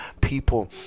people